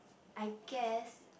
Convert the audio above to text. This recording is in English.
I guess